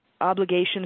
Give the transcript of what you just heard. obligations